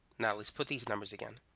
now let's put these numbers again.